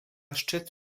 szczyt